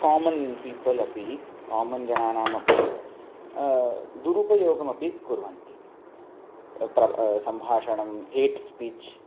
common people अपि common जनानामपि दुरुपयोगमपि कुर्वन्ति प्रभावः सम्भाषणं हेट् स्पीच्